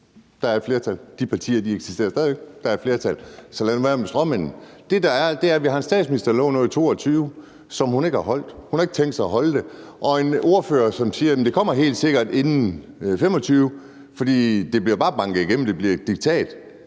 Der er et flertal, og de partier eksisterer stadig væk. Der er et flertal, så lad nu være med at komme med stråmænd. Det, der er fakta, er, at vi har en statsminister, der lovede noget i 2022, som hun ikke har holdt, og hun har ikke tænkt sig at holde det. Og vi har en ordfører, der siger: Det kommer helt sikkert inden 2025. For det bliver bare banket igennem, det bliver et diktat,